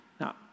Now